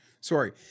Sorry